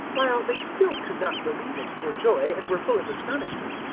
while they still could not believe it for joy and were full of astonishment,